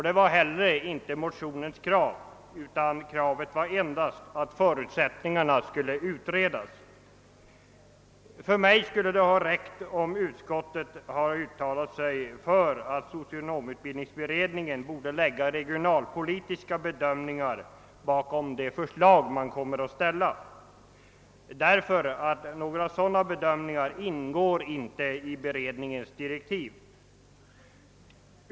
Det var heller inte motionens krav, utan endast att förutsättningarna skulle utredas. För mig skulle det ha räckt att utskottet uttalat sig för att socionomutbildningsberedningen bör lägga regionalpolitiska bedömningar bakom det förslag som kommer att presenteras. Några sådana bedömningar ingår nämligen inte i beredningens direktiv.